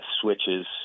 switches